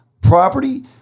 property